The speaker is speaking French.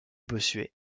bossuet